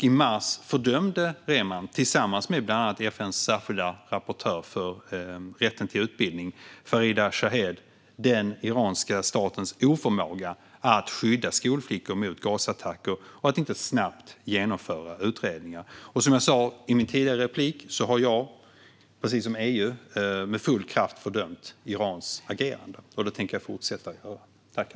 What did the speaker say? I mars fördömde Rehman tillsammans med bland andra FN:s särskilda rapportör för rätten till utbildning, Farida Shaheed, den iranska statens oförmåga att skydda skolflickor mot gasattacker och att snabbt genomföra utredningar. Som jag sa i min tidigare replik har jag precis som EU med full kraft fördömt Irans agerande, och det tänker jag fortsätta göra.